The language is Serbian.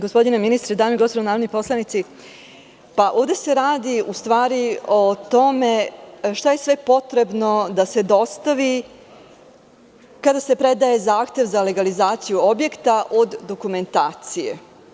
Gospodine ministre, dame i gospodo narodni poslanici, ovde se radi o tome šta je sve potrebno da se dostavi kada se predaje zahtev za legalizaciju od dokumentacije.